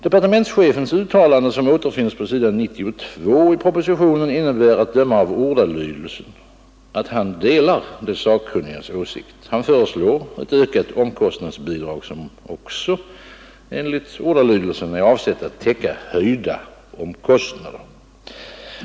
Departementschefens uttalande, som återfinns på s. 92 i propositionen, innebär att döma av ordalydelsen att han delar de sakkunnigas åsikt. Han föreslår ett ökat omkostnadsbidrag som också enligt ordalydelsen är avsett att täcka höjda omkostnader.